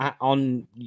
on